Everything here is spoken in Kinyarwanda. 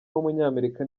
w’umunyamerika